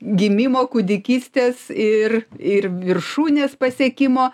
gimimo kūdikystės ir ir viršūnės pasiekimo